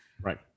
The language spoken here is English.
Right